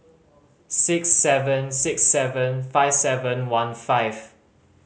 six seven six seven five seven one five